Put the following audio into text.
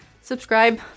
subscribe